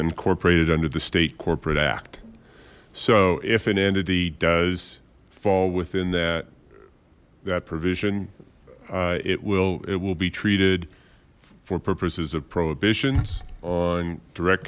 incorporated under the state corporate act so if an entity does fall within that that provision it will it will be treated for purposes of prohibitions on direct